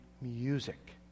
music